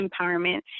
empowerment